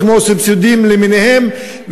כמו סבסודים למיניהם,